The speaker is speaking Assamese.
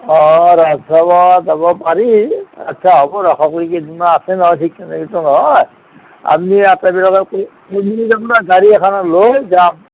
অঁ অঁ ৰাস চাব যাব পাৰি আচ্ছা হ'ব ৰাসকলৈ কেইদিনমান আছে নহয় আমি আতাইবিলাকে গাড়ী এখন লৈ যাম